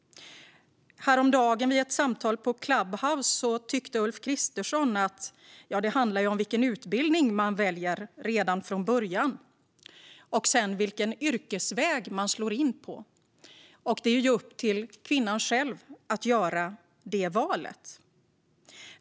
Häromdagen i ett samtal på Clubhouse tyckte Ulf Kristersson att det handlar om vilken utbildning man väljer redan från början och sedan vilken yrkesväg man slår in på, att det ju är upp till kvinnan själv att göra det valet.